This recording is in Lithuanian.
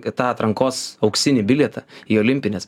tą atrankos auksinį bilietą į olimpines